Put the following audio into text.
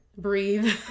Breathe